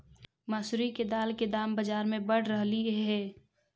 मसूरी के दाल के दाम बजार में बढ़ रहलई हे